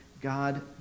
God